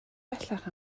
bellach